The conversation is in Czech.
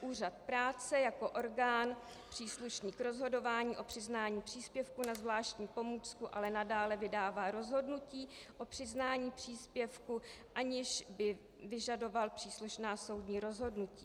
Úřad práce jako orgán příslušný k rozhodování o přiznání příspěvku na zvláštní pomůcku ale nadále vydává rozhodnutí o přiznání příspěvku, aniž by vyžadoval příslušná soudní rozhodnutí.